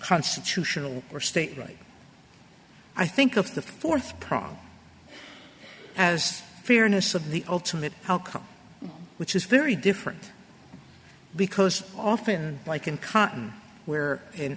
constitutional or state right i think of the fourth prong as fairness of the ultimate outcome which is very different because often like in